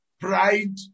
pride